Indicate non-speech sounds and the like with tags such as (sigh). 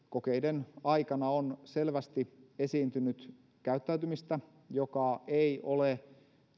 (unintelligible) kokeiden aikana on selvästi esiintynyt käyttäytymistä joka ei ole